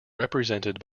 represented